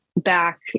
back